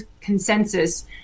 consensus